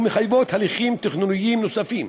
ומחייבות הליכים תכנוניים נוספים.